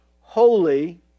holy